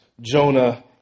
Jonah